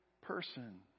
person